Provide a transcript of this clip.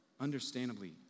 understandably